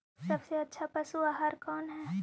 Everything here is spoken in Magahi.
सबसे अच्छा पशु आहार कौन है?